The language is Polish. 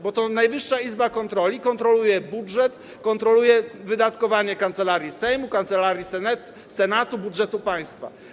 Bo to Najwyższa Izba Kontroli kontroluje budżet, kontroluje wydatkowanie Kancelarii Sejmu, Kancelarii Senatu, budżetu państwa.